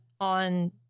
on